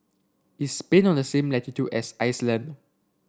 is Spain on the same latitude as Iceland